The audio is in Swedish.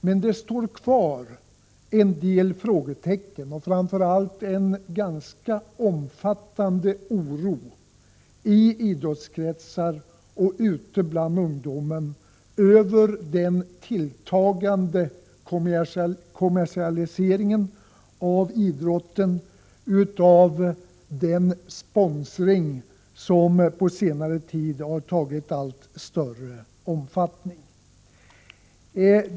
Men det kvarstår en del frågetecken och framför allt en ganska omfattande oro i idrottskretsar och ute bland ungdomen över den tilltagande kommersialiseringen av idrotten, över den sponsring som på 53 stimulera ungdomens idrottsutövning senare tid har tagit allt större omfattning.